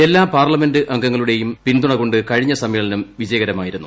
എല്ലാ പാർലമെന്റ് അംഗങ്ങളുടെയും പിന്തൂണ്ണ്കൊണ്ട് കഴിഞ്ഞ സമ്മേളനം വിജയകരമായിരുന്നു